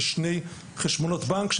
יש שני חשבונות בנק,